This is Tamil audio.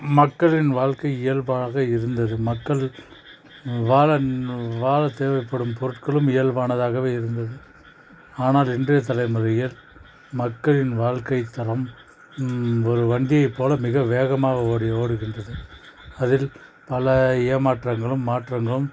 மக்களின் வாழ்க்கை இயல்பாக இருந்தது மக்கள் வாழன் வாழ தேவைப்படும் பொருட்களும் இயல்பானதாகவே இருந்தது ஆனால் இன்றைய தலைமுறையில் மக்களின் வாழ்க்கை தரம் ஒரு வண்டியை போல் மிக வேகமாக ஓடி ஓடுகின்றது அதில் பல ஏமாற்றங்களும் மாற்றங்களும்